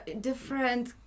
different